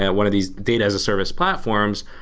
one of these data as a service platforms,